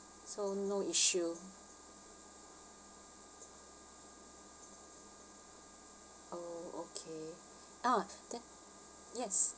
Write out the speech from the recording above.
so no issue oh okay ah then yes